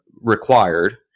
required